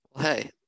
hey